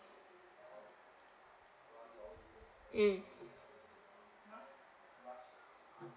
mm